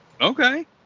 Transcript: Okay